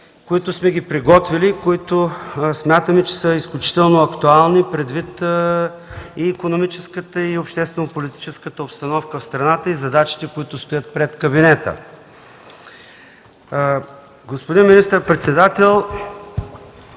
които сме приготвили и смятаме, че са изключително актуални предвид и икономическата, и обществено-политическата обстановка в страната и задачите, които стоят пред кабинета. Господин министър-председател,